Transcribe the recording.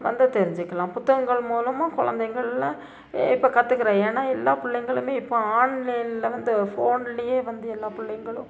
வந்து தெரிஞ்சிக்கலாம் புத்தகங்கள் மூலமும் குழந்தைங்கள்லாம் இப்போ கத்துக்கிறாங்கள் ஏன்னா எல்லா பிள்ளைங்களுமே இப்போது ஆன்லைன்ல வந்து ஃபோன்லையே வந்து எல்லா பிள்ளைங்களும்